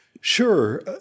Sure